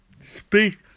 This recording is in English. speak